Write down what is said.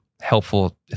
helpful